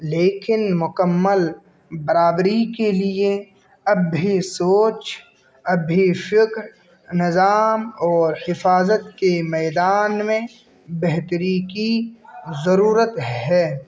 لیکن مکمل برابری کے لیے اب بھی سوچ اب بھی فکر نظام اور حفاظت کے میدان میں بہتری کی ضرورت ہے